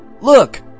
Look